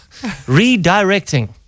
redirecting